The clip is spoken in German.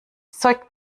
zeug